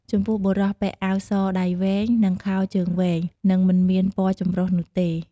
ចំពោះបុរសពាក់អាវសដៃវែង និងខោជើងវែង និងមិនមានពណ៍ចំរុះនុះទេ។